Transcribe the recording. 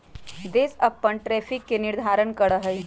देश अपन टैरिफ के निर्धारण करा हई